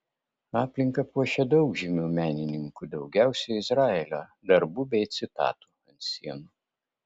aplinką puošia daug žymių menininkų daugiausiai izraelio darbų bei citatų ant sienų